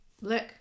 look